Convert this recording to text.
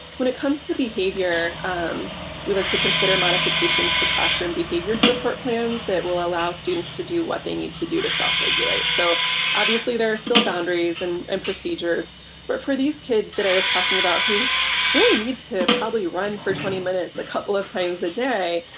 when it comes to behavior we like to consider modifications to classroom behavior support plans that will allow students to do what they need to do to self-regulate. so obviously there are still boundaries and and procedures where for these kids that i was talking about who really need to probably run for twenty minutes a couple of times a day,